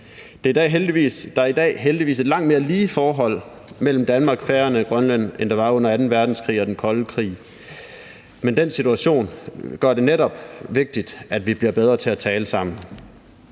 Der er i dag heldigvis et mere lige forhold mellem Danmark, Færøerne og Grønland, end der var under anden verdenskrig og under den kolde krig – men den situation gør det netop vigtigt, at vi bliver bedre til at tale sammen.